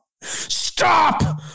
stop